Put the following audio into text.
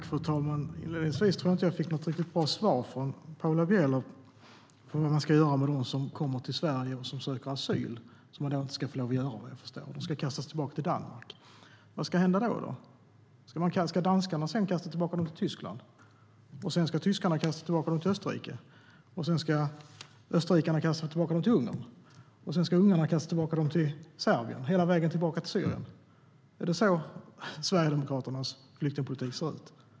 Fru talman! Inledningsvis vill jag säga att jag inte fick något riktigt bra svar från Paula Bieler om hur man ska göra med dem som kommer till Sverige och söker asyl. De ska inte få lov att söka asyl här, vad jag förstår. De ska kastas tillbaka till Danmark. Vad ska hända sedan då? Ska danskarna kasta tillbaka dem till Tyskland och tyskarna kasta tillbaka dem till Österrike och österrikarna kasta tillbaka dem till Ungern och ungrarna kasta tillbaka dem till Serbien och hela vägen till Syrien? Är det så Sverigedemokraternas flyktingpolitik ser ut?